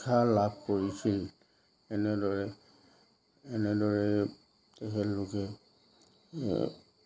শিক্ষা লাভ কৰিছিল এনেদৰে এনেদৰে তেখেতলোকে